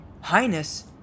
Highness